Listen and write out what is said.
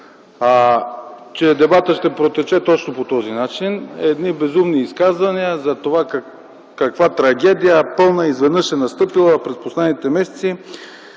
че дебатът ще протече точно по този начин – едни безумни изказвания каква пълна трагедия изведнъж е настъпила през последните месеци